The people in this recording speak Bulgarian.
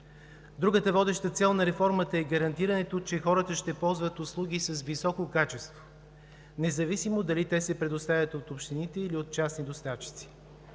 Другата водеща цел на реформата е гарантирането, че хората ще ползват услуги с високо качество, независимо дали се предоставят от общините или от частни доставчици.